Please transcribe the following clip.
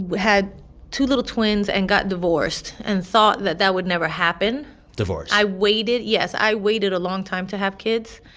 had two little twins and got divorced, and thought that, that would never happen divorce i waited yes. i waited a long time to have kids,